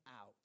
out